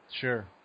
Sure